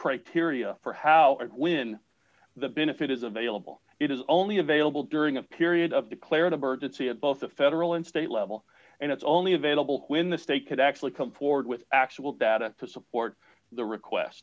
criteria for how and when the benefit is available it is only available during a period of declared emergency at both the federal and state level and it's only available when the state could actually come forward with actual data to support the request